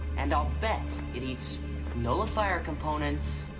and i'll bet it eats nullifier components.